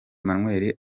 emmanuel